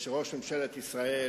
שראש ממשלת ישראל